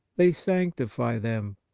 they sanctify them,